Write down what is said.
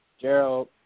Gerald